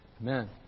Amen